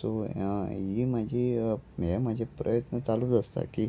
so ही म्हाजी हे म्हाजे प्रयत्न चालूच आसता की